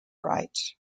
fright